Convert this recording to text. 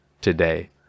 today